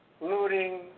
looting